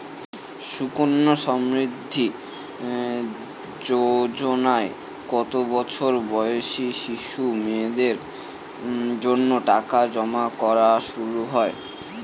সুকন্যা সমৃদ্ধি যোজনায় কত বছর বয়সী শিশু মেয়েদের জন্য টাকা জমা করা শুরু হয়?